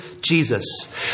Jesus